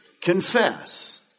confess